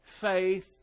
faith